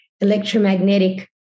electromagnetic